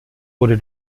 wurde